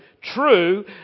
true